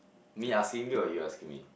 me asking you or you asking me